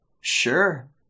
Sure